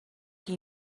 que